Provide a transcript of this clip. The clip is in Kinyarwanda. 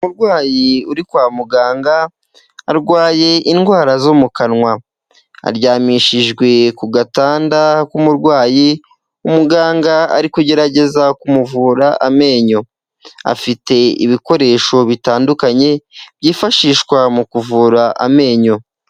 Umurwayi uri kwa muganga arwaye indwara zo mu kanwa, aryamishijwe ku gatanda k'umurwayi, umuganga ari kugerageza kumuvura amenyo, afite ibikoresho bitandukanye byifashishwa mu kuvura amenyo.